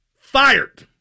fired